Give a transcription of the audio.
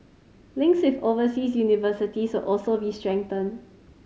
links with overseas universities will also be strengthened